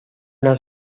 una